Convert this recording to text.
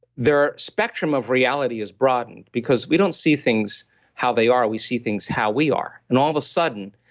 their spectrum of reality is broadened because we don't see things how they are. we see things how we are, and all of a sudden,